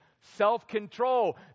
self-control